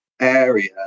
area